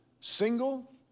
single